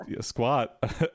Squat